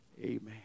amen